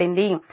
కాబట్టి Pi 0